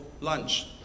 lunch